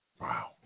Wow